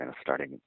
starting